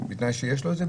בתנאי שיש לו את זה,